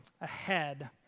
ahead